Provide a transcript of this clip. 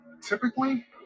Typically